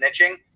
snitching